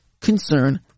concern